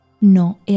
No